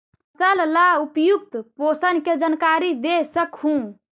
फसल ला उपयुक्त पोषण के जानकारी दे सक हु?